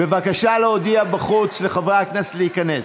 בבקשה להודיע בחוץ לחברי הכנסת להיכנס.